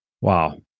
Wow